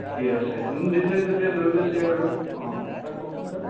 ঠিকে আছে দিছে যেতিয়া লৈ গৈছে আৰু অঁ তাক কওকচোন চাৰ